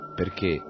perché